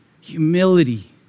humility